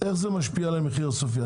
איך זה משפיע על המחיר הסופי?